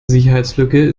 sicherheitslücke